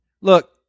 look